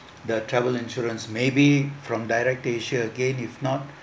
the travel insurance maybe from directasia again if not